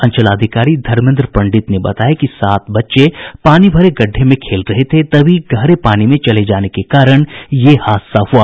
अंचलाधिकारी धर्मेद्र पंडित ने बताया कि सात बच्चे पानी भरे गड्डे में खेल रहे थे तभी गहरे पानी में चले जाने के कारण यह हादसा हुआ